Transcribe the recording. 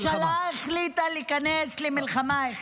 הממשלה החליטה להיכנס למלחמה.